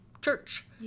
church